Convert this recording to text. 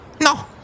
No